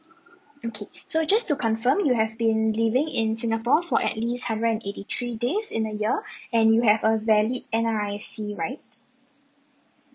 okay so just to confirm you have been living in singapore for at least hundred eighty three days in a year and you have a valid N_R_I_C right